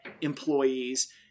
employees